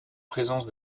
présence